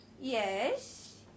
Yes